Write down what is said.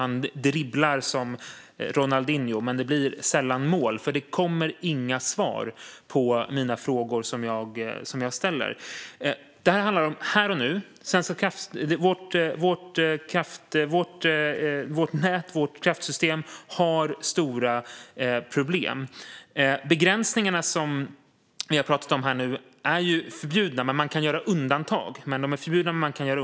Han dribblar som Ronaldinho, men det blir sällan mål, för det kommer inga svar på de frågor som jag ställer. Detta handlar om här och nu. Vårt nät och vårt kraftsystem har stora problem. Begränsningarna som vi har pratat om är förbjudna, men man kan göra undantag.